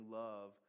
love